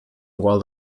while